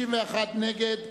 43, נגד,